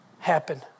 happen